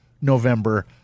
November